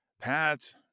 Pat